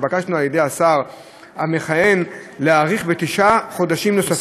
נתבקשנו על-ידי השר המכהן להאריך בתשעה חודשים נוספים,